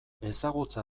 ezagutza